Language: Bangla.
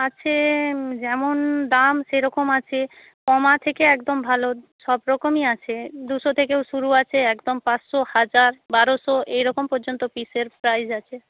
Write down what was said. আছে যেমন দাম সেরকম আছে কমা থেকে একদম ভালো সবরকমই আছে দুশো থেকেও শুরু আছে একদম পাঁচশো হাজার বারোশো এরকম পর্যন্ত পিসের প্রাইস আছে